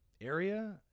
area